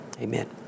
amen